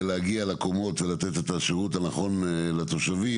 להגיע לקומות ולתת את השירות הנכון לתושבים.